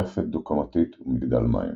רפת דו-קומתית ומגדל מים.